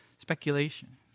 speculation